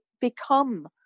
become